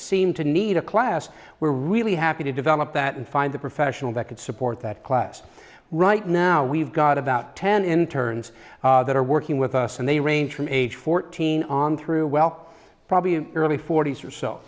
seem to need a class we're really happy to develop that and find the professional that could support that class right now we've got about ten interns that are working with us and they range from age fourteen on through well probably early forty's or so